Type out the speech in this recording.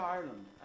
Ireland